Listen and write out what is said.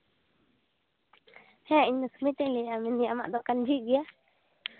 ᱦᱮᱸ ᱤᱧ ᱫᱚ ᱥᱩᱱᱤᱛᱟᱧ ᱞᱟᱹᱭᱮᱜᱼᱟ ᱢᱮᱱᱫᱟᱹᱧ ᱟᱢᱟᱜ ᱫᱚᱠᱟᱱ ᱡᱷᱤᱡᱜᱮᱭᱟ